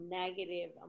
negative